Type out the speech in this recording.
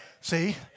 See